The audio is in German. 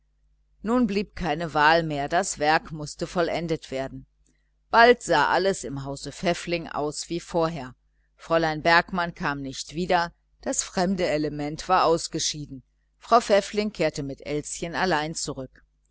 nun blieb aber keine wahl mehr das werk mußte vollendet werden bald sah alles im haus pfäffling wieder aus wie vorher fräulein bergmann kam nicht wieder das fremde element war ausgeschieden frau pfäffling kehrte mit elschen allein zurück